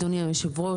אדוני היושב-ראש,